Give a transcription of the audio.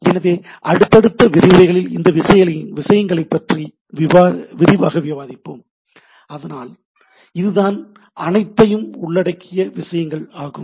எனவே அடுத்தடுத்த விரிவுரைகளில் இந்த விஷயங்களைப் பற்றி விரிவாக விவாதிப்போம் ஆனால் இதுதான் அனைத்தையும் உள்ளடக்கிய விஷயங்கள் ஆகும்